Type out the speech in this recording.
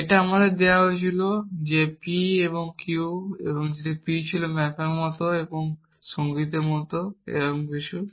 এটা আমাদের দেওয়া হয়েছিল যে p এবং q যদি p ছিল ম্যাপের মত মিত্র এবং সঙ্গীতের মত বা এরকম কিছু